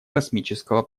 космического